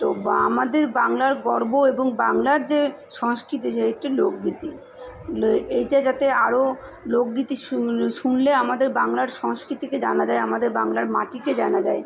তো বা আমাদের বাংলার গর্ব এবং বাংলার যে সংস্কৃতি সে হচ্ছে লোকগীতি লে এই যে যাতে আরো লোকগীতি শুনলে শুনলে আমাদের বাংলার সংস্কৃতিকে জানা যায় আমাদের বাংলার মাটিকে জানা যায়